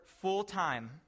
full-time